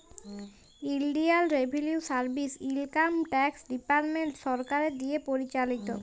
ইলডিয়াল revenue service income tax department সরকারের দিঁয়ে পরিচালিত